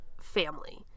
family